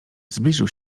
zbliżył